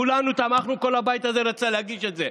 כולנו תמכנו, כל הבית הזה רצה להגיש את זה.